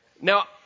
Now